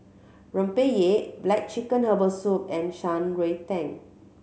Rempeyek black chicken herbal soup and Shan Rui tan